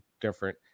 different